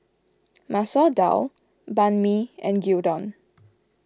Masoor Dal Banh Mi and Gyudon